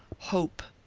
hope,